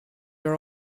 are